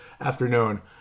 afternoon